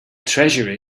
treasure